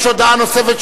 יש הודעה נוספת,